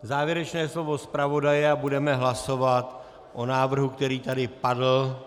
Závěrečné slovo zpravodaje a budeme hlasovat o návrhu, který tady padl.